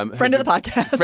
um friend of the park